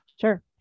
Sure